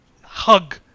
hug